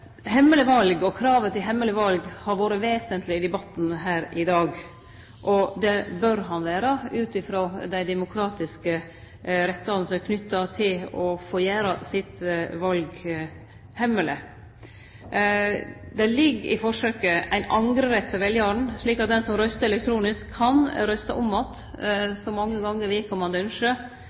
Hemmeleg val og kravet til hemmeleg val har vore vesentleg i debatten her i dag, og det bør det vere ut frå dei demokratiske rettane som er knytte til å få gjere sitt val hemmeleg. I forsøket ligg det ein angrerett for veljaren, slik at den som røystar elektronisk, kan røysta om att så mange gonger